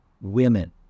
women